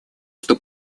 что